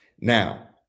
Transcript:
Now